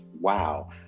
wow